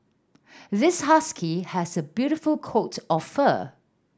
this husky has a beautiful coat of fur